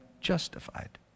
justified